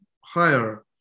higher